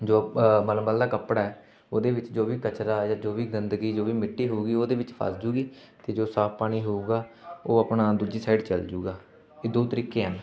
ਜੋ ਮਲਮਲ ਦਾ ਕੱਪੜਾ ਹੈ ਉਹਦੇ ਵਿੱਚ ਜੋ ਵੀ ਕਚਰਾ ਜੋ ਵੀ ਗੰਦਗੀ ਜੋ ਵੀ ਮਿੱਟੀ ਹੋਊਗੀ ਉਹ ਉਹਦੇ ਵਿੱਚ ਫਸ ਜੂਗੀ ਅਤੇ ਜੋ ਸਾਫ਼ ਪਾਣੀ ਹੋਊਗਾ ਉਹ ਆਪਣਾ ਦੂਜੀ ਸਾਈਡ ਚਲ ਜੂਗਾ ਇਹ ਦੋ ਤਰੀਕੇ ਹੈ